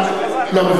לא.